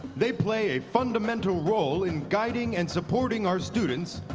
they play a fundamental role in guiding and supporting our students,